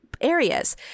areas